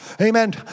Amen